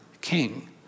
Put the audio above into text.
king